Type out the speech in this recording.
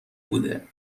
بوده